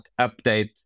update